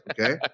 Okay